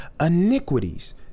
iniquities